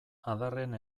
adarrean